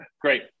Great